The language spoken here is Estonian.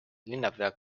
linnapea